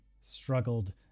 struggled